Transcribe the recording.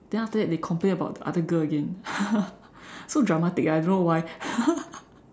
then after that they complain about the other girl again so dramatic ah I don't know why